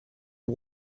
are